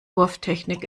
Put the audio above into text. wurftechnik